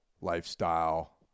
lifestyle